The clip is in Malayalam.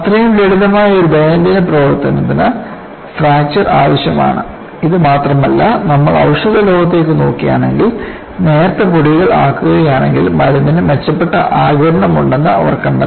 അത്രയും ലളിതമായ ഒരു ദൈനംദിന പ്രവർത്തനത്തിന് ഫ്രാക്ചർ ആവശ്യമാണ് ഇത് മാത്രമല്ല നമ്മൾ ഔഷധ ലോകത്തേക്ക് നോക്കുകയാണെങ്കിൽ നേർത്ത പൊടികൾ ആകുകയാണെങ്കിൽമരുന്നിന് മെച്ചപ്പെട്ട ആഗിരണം ഉണ്ടെന്ന് അവർ കണ്ടെത്തി